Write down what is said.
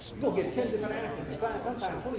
you will get ten different answers. in fact sometimes,